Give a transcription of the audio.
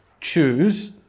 choose